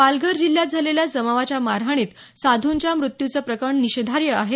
पालघर जिल्ह्यात झालेलं जमावाच्या मारहाणीत साधुंच्या मृत्यूचं प्रकरण निषेधार्ह आहे